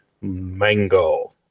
Mango